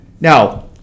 now